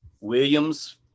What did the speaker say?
Williams